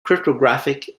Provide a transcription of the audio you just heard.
cryptographic